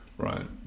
Right